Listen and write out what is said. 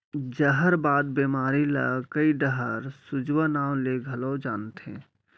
जहरबाद बेमारी ल कइ डहर सूजवा नांव ले घलौ जानथें